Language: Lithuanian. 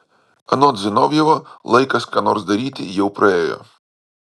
anot zinovjevo laikas ką nors daryti jau praėjo